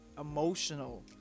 emotional